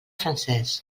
francesc